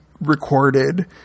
recorded